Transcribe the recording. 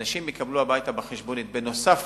אנשים יקבלו הביתה בחשבונית, בנוסף,